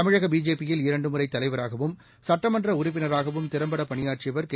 தமிழக பிஜேபி யில் இரண்டு முறை தலைவராகவும் சட்டமன்ற உறுப்பினராகவும் திறம்பட பணியாற்றியவர் கே